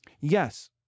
Yes